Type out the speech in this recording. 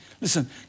Listen